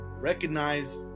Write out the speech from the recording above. recognize